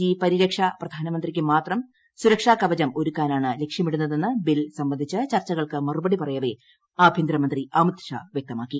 G പരിരക്ഷ പ്രധാനമന്ത്രിക്ക് മാത്രം സുരക്ഷ കവചം ഒരുക്കാനാണ് ലക്ഷ്യമിടുന്നതെന്ന് ബിൽ സംബന്ധിച്ച് ചർച്ചകൾക്ക് മറുപടി പറയവേ ആഭ്യന്തരമന്ത്രി അമിത്ഷാ വ്യക്തമാക്കി